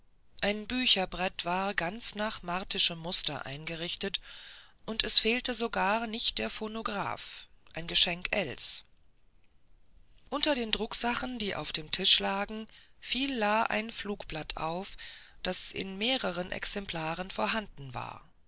ein bücherbrett war ganz nach martischem muster eingerichtet und es fehlte sogar nicht der phonograph ein geschenk ells unter den drucksachen die auf dem tisch lagen fiel la ein flugblatt auf das in mehreren exemplaren vorhanden war